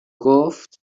گفت